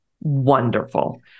wonderful